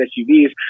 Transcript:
SUVs